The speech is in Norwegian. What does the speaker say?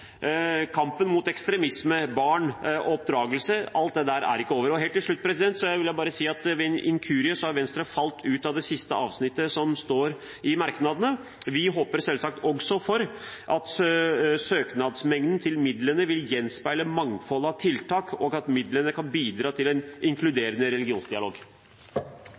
Kampen mot ekstremisme, barn, oppdragelse – alt dette er ikke over. Helt til slutt vil jeg si at ved en inkurie har Venstre falt ut av det siste avsnittet i merknadene. Vi håper selvsagt også at søknadsmengden til midlene vil gjenspeile mangfoldet av tiltak, og at midlene kan bidra til en inkluderende religionsdialog.